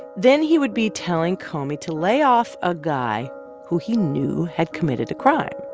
then he would be telling comey to lay off a guy who he knew had committed a crime,